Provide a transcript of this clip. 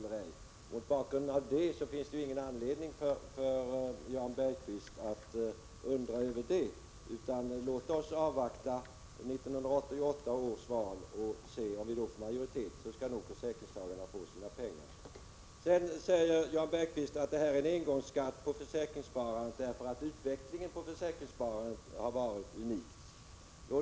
Mot den bakgrunden finns det ingen anledning för Jan Bergqvist att undra över detta. Låt oss i stället avvakta 1988 års val och se om vi då får majoritet. I så fall skall nog försäkringstagarna få sina pengar. Jan Bergqvist sade också att det handlar om en engångsskatt på försäkringssparandet därför att utvecklingen på detta har varit unikt.